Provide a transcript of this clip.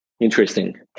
interesting